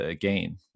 gain